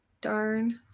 darn